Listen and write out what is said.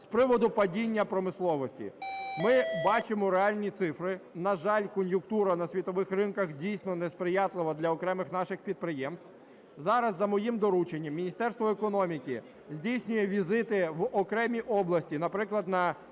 З приводу падіння промисловості. Ми бачимо реальні цифри. На жаль, кон'юнктура на світових ринках, дійсно, несприятлива для окремих наших підприємств. Зараз за моїм доручення Міністерство економіки здійснює візити в окремі області. Наприклад, на